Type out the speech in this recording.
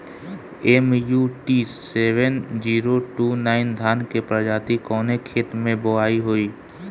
MUT seven zero two nine धान के प्रजाति कवने खेत मै बोआई होई?